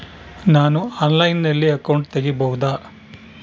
ನಾನು ಆನ್ಲೈನಲ್ಲಿ ಅಕೌಂಟ್ ತೆಗಿಬಹುದಾ?